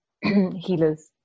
healers